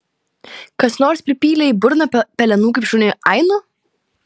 kas nors pripylė į burną pelenų kaip šuniui ainu